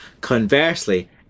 Conversely